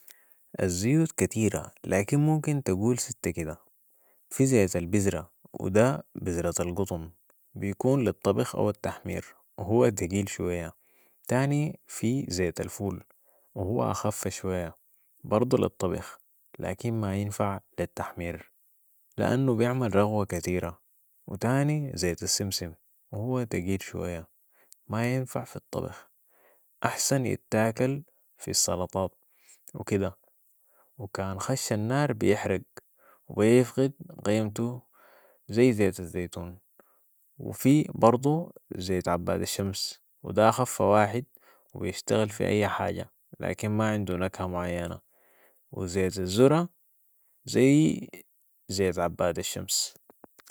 الزيوت كتيرة، لكن ممكن تقول سته كدة. في زيت البذرة و ده من بذرة القطن بيكون للطبيخ او التحمير و هو تقيل شوية، تاني في زيت الفول و هو اخف شوية برضو للطبخ لكن ما بينفع لالتحمير لانو بيعمل رغوة كتيرة و تاني زيت السمسم و هو تقيل شوية ما ينفع في الطبخ، أحسن يتاكل في السلطات و كدة و كان خش النار بيحرق و يفقد قيمتو زي زيت الزيتون و في برضو زيت عباد الشمس و ده اخف واحد و بيشتغل في اي حاجة، لكن ما عندو نكهة معينة و زيت الزره ذي زيت عباد الشمس.